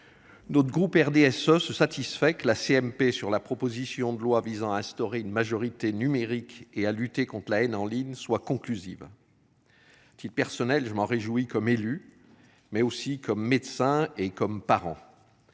D'autre groupe RDSE se satisfait que la CMP sur la proposition de loi visant à instaurer une majorité numérique et à lutter contre la haine en ligne soit conclusive. Si personnel je m'en réjouis comme élus mais aussi comme médecin et comme parent.